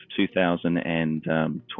2020